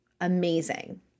amazing